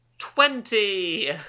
Twenty